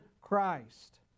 Christ